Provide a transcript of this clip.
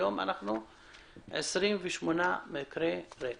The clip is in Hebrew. היום אנחנו עומדים על 28 מקרי רצח.